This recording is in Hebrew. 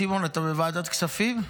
סימון, אתה בוועדת כספים?